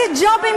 איזה ג'ובים,